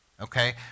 Okay